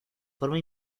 forma